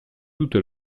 toute